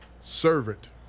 servant